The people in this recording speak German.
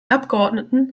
abgeordneten